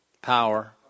Power